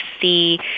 see